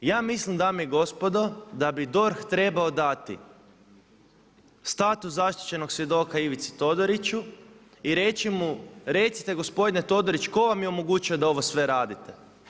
Ja mislim, dame i gospodo, da bi DORH trebao dati status zaštićenog svjedoka Ivici Todoriću i reći mu, recite gospodine Todorić, tko vam je omogućio da ovo sve radite?